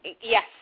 Yes